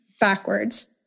backwards